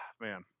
man